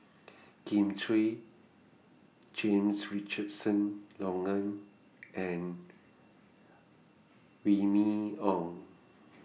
Kin Chui James Richardson Logan and Remy Ong